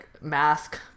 mask